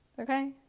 Okay